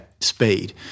speed